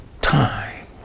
Time